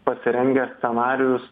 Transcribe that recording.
pasirengę scenarijus